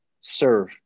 serve